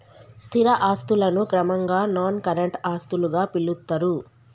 స్థిర ఆస్తులను క్రమంగా నాన్ కరెంట్ ఆస్తులుగా పిలుత్తరు